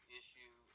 issue